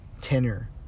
tenor